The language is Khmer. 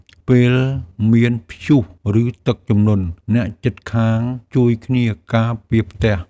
ពេលមានព្យុះ ឬទឹកជំនន់ អ្នកជិតខាងជួយគ្នាការពារផ្ទះ។